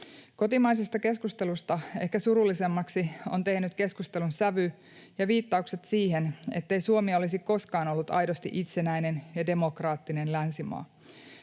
Kotimaisesta keskustelusta ehkä surullisimmaksi on tehnyt keskustelun sävy ja viittaukset siihen, ettei Suomi olisi koskaan ollut aidosti itsenäinen ja demokraattinen länsimaa.